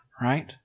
right